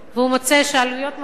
והוא מוצא שהעלויות מאוד גבוהות,